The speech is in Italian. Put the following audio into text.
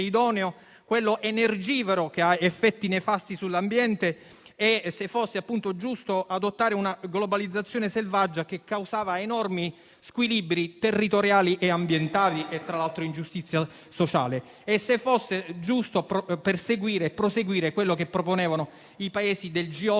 quello energivoro, che ha effetti nefasti sull'ambiente; se fosse giusto adottare una globalizzazione selvaggia che causava enormi squilibri territoriali e ambientali, nonché ingiustizia sociale, o perseguire quello che proponevano i Paesi del G8